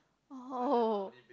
oh